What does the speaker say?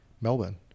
Melbourne